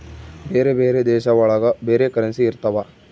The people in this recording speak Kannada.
ಬೇರೆ ಬೇರೆ ದೇಶ ಒಳಗ ಬೇರೆ ಕರೆನ್ಸಿ ಇರ್ತವ